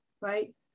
Right